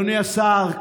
אדוני השר,